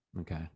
Okay